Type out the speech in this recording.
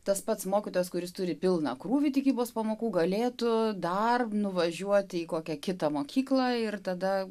tas pats mokytojas kuris turi pilną krūvį tikybos pamokų galėtų dar nuvažiuoti į kokią kitą mokyklą ir tada